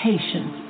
Patience